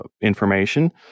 information